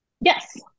Yes